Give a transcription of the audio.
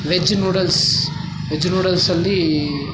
veg noodles veg ನೂಡಲ್ಸಲ್ಲಿ